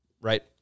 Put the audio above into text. right